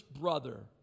brother